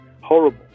horrible